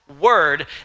word